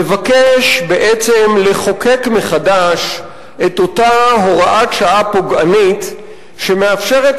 מבקש בעצם לחוקק מחדש את אותה הוראת שעה פוגענית שמאפשרת